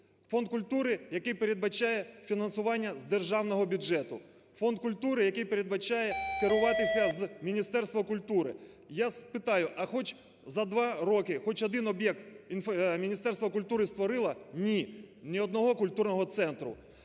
Фонд культури, який передбачає фінансування з Державного бюджету. Фонд культури, який передбачає керуватися з Міністерства культури. Я питаю, а хоч за два роки хоч один об'єкт Міністерство культури створило? Ні, ні одного культурного центру.